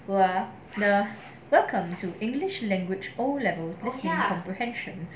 oh ah ya welcome to english language O level listening comprehension